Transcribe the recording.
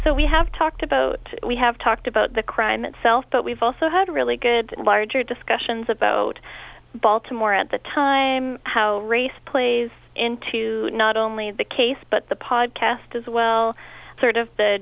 so we have talked about we have talked about the crime itself but we've also had a really good larger discussions about baltimore at the time how race plays into not only the case but the podcast as well sort of